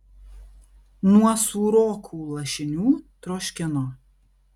nuo sūrokų lašinių troškino